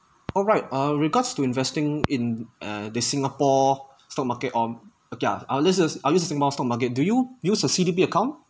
alright uh regards to investing in err the singapore stock market or ya or list I list in singapore stock market do you use the C_D_P account